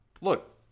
look